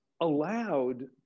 allowed